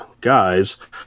guys